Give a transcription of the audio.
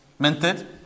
minted